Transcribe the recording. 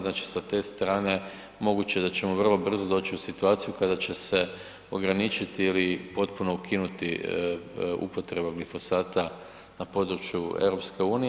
Znači, sa te strane moguće da ćemo vrlo brzo doći u situaciju kada će se ograničiti ili potpuno ukinuti upotreba glifosata na području EU.